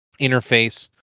interface